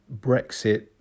Brexit